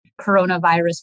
Coronavirus